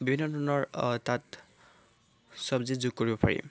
বিভিন্ন ধৰণৰ তাত চবজি যোগ কৰিব পাৰি